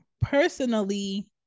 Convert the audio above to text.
personally